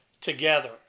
together